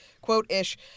quote-ish